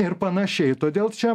ir panašiai todėl čia